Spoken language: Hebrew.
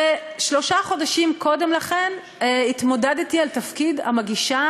ושלושה חודשים קודם לכן התמודדתי על תפקיד המגישה